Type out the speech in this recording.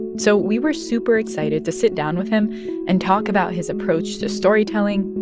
so we were super excited to sit down with him and talk about his approach to storytelling,